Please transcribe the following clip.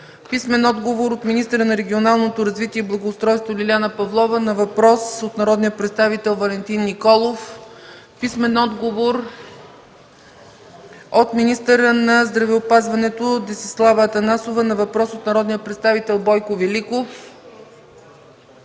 Микев; - министъра на регионалното развитие и благоустройството Лиляна Павлова на въпрос от народния представител Валентин Николов; - министъра на здравеопазването Десислава Атанасова на въпрос от народния представител Бойко Великов;